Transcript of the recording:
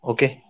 Okay